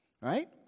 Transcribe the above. Right